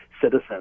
citizens